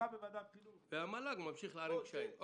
והמל"ג ממשיך להערים קשיים.